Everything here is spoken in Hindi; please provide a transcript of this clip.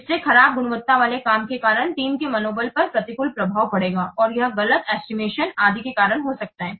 इससे खराब गुणवत्ता वाले काम के कारण टीम के मनोबल पर प्रतिकूल प्रभाव पड़ेगा और यह गलत एस्टिमेशन आदि के कारण हो सकता है